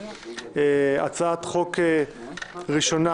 הצעת חוק ראשונה